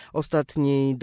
ostatniej